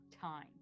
time